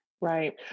Right